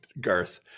Garth